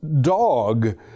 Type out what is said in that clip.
dog